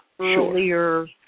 earlier